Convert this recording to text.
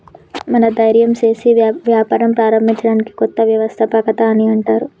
మనం ధైర్యం సేసి వ్యాపారం ప్రారంభించడాన్ని కొత్త వ్యవస్థాపకత అని అంటర్